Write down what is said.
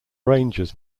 rangers